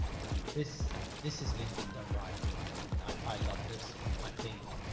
phenomenal. this this is linkedin done right. in my opinion. i, i love this. i think.